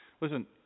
Listen